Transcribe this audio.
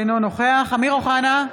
אינו נוכח אמיר אוחנה,